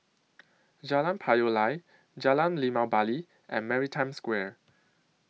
Jalan Payoh Lai Jalan Limau Bali and Maritime Square